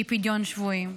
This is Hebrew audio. שהיא פדיון שבויים.